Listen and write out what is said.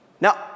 Now